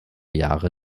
jahre